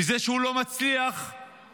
בזה שהוא לא מצליח במשרד